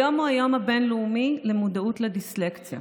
היום הוא היום הבין-לאומי למודעות לדיסלקציה